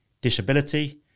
disability